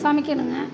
சமைக்கணும்ங்க